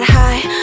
high